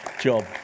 job